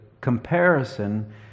comparison